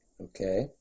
Okay